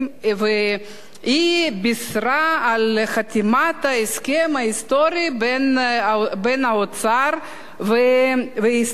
ובישרה על חתימת ההסכם ההיסטורי בין האוצר וההסתדרות.